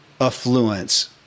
affluence